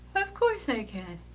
of course i can.